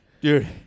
dude